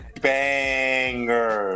banger